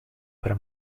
para